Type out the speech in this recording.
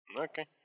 Okay